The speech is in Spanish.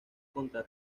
contra